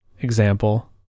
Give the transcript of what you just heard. example